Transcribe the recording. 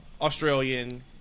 Australian